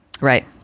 Right